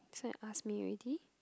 this one you asked me already